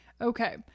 Okay